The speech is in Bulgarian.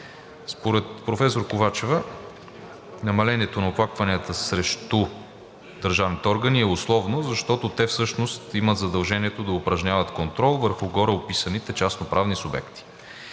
Според професор Ковачева намалението на оплакванията срещу държавните органи е условно, защото те всъщност имат задължението да упражняват контрол върху гореописаните частноправни субекти.